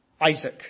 Isaac